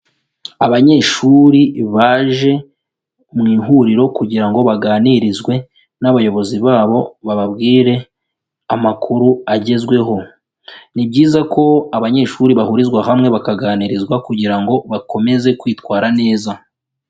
Abanyeshuri baje mu ihuriro kugira ngo baganirizwe n'abayobozi babo bababwire amakuru agezweho, ni byiza ko abanyeshuri bahurizwa hamwe bakaganirizwa kugira ngo bakomeze kwitwara neza.